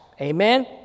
amen